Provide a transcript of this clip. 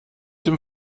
dem